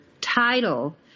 title